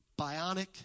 bionic